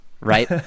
right